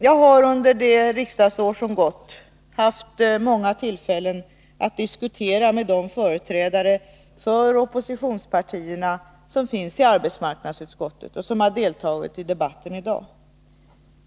Jag har under det riksdagsår som gått haft många tillfällen att diskutera med de företrädare för oppositionspartierna som finns i arbetsmarknadsutskottet och som deltagit i debatten i dag.